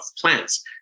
plants